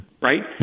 Right